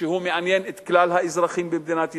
שהוא מעניין את כלל האזרחים במדינת ישראל,